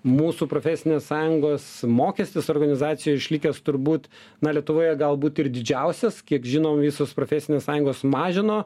mūsų profesinės sąjungos mokestis organizacijoj išlikęs turbūt na lietuvoje galbūt ir didžiausias kiek žinau visos profesinės sąjungos mažino